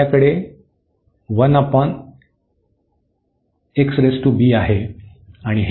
तर आपल्याकडे आहे आणि ही 1 येईल